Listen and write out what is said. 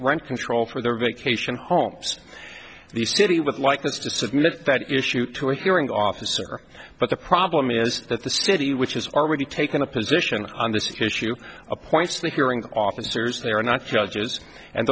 rent control for their vacation homes the city would like us to submit that issue to a hearing officer but the problem is that the city which has already taken a position on this issue appoints the hearing officers they are not judges and